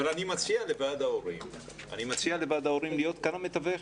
אני מציע לוועד ההורים להיות גם המתווך,